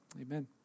Amen